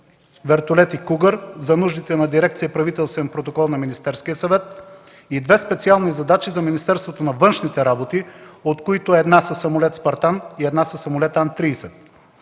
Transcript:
вертолети „Кугър” за нуждите на дирекция „Правителствен протокол” на Министерския съвет и две специални задачи за Министерството на външните работи, от които една със самолет „Спартан” и една със самолет „Ан-30”.